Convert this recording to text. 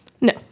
No